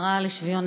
השרה לשוויון